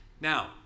Now